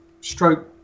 stroke